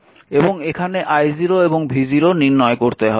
এবং এখানে i0 এবং v0 নির্ণয় করতে হবে